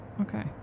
Okay